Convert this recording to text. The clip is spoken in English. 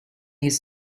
his